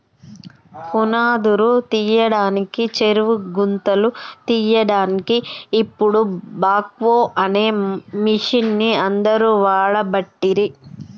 పునాదురు తీయడానికి చెరువు గుంతలు తీయడాన్కి ఇపుడు బాక్వో అనే మిషిన్ని అందరు వాడబట్టిరి